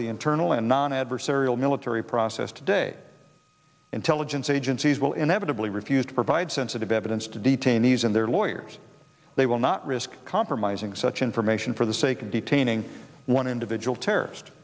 the internal and non adversarial military process today intelligence agencies will inevitably refuse to provide sensitive evidence to detainees and their lawyers they will not risk compromising such information for the sake of detaining one individual terrorist